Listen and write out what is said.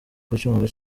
kucyumva